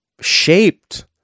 shaped